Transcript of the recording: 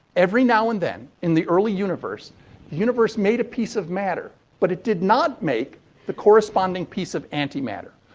every now and then in the early universe, the universe made a piece of matter, but it did not make the corresponding piece of anti matter.